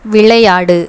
விளையாடு